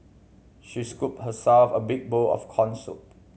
she scooped herself a big bowl of corn soup